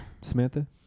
Samantha